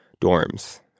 dorms